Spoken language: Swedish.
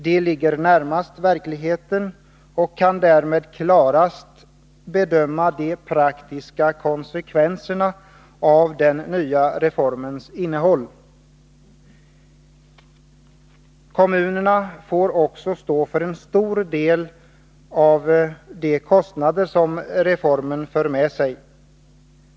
De är närmast verkligheten och kan därmed klarast bedöma de praktiska konsekvenserna av den nya reformens innehåll. Kommunerna får också stå för en stor del av de kostnader som reformen för med sig.